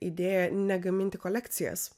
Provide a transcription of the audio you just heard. idėja negaminti kolekcijas